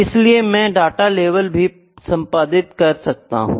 इसलिए मैं data label भी संपादित कर सकता हूं